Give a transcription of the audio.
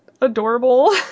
adorable